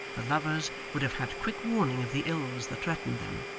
the lovers would have had quick warning of the ills that threatened them,